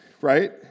right